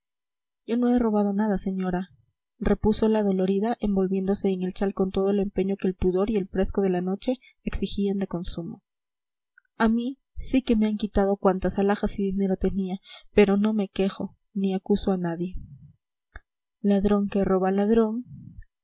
yo no he robado nada señora repuso la dolorida envolviéndose en el chal con todo el empeño que el pudor y el fresco de la noche exigían de consuno a mí sí que me han quitado cuantas alhajas y dinero tenía pero no me quejo ni acuso a nadie ladrón que roba a ladrón